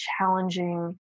challenging